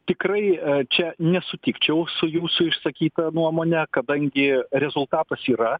tikrai čia nesutikčiau su jūsų išsakyta nuomone kadangi rezultatas yra